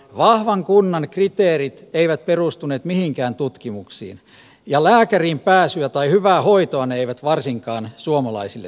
vahvan kunnan kriteerit eivät perustuneet mihinkään tutkimuksiin ja varsinkaan lääkäriin pääsyä tai hyvää hoitoa ne eivät suomalaisille takaa